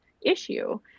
issue